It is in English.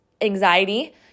anxiety